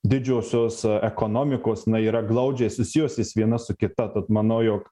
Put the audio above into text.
didžiosios ekonomikos na yra glaudžiai susijusios viena su kita tad manau jog